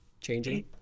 changing